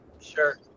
Sure